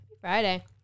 Friday